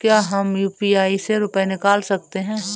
क्या हम यू.पी.आई से रुपये निकाल सकते हैं?